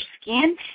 skin